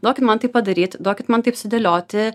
duokit man tai padaryti duokit man taip sudėlioti